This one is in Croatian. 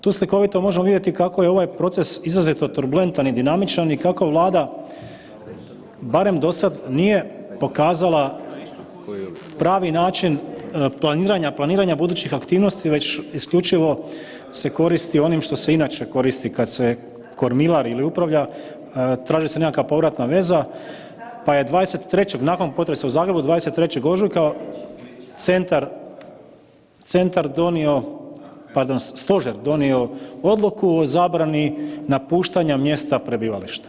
Tu slikovito možemo vidjeti kako je ovaj proces izrazito turbulentan i dinamičan i kako Vlada, barem dosad, nije pokazala pravi način planiranja, planiranja budućih aktivnosti, već isključivo se koristi onim što se inače koristi kad se kormilari ili upravlja, traži se nekakva povratna veza pa je 23. nakon potresa u Zagrebu, 23. ožujka centar donio, pardon Stožer donio odluku o zabrani napuštanja mjesta prebivališta.